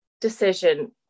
decision